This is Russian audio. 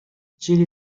чили